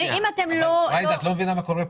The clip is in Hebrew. את לא יודעת מה קורה פה?